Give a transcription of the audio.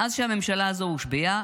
מאז שהממשלה הזאת הושבעה,